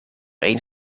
één